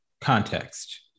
context